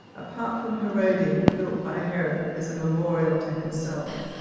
apart from herodion built by herod as a memorial to himself,